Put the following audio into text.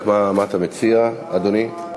רק, מה אתה מציע, אדוני?